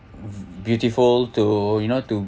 beautiful to you know to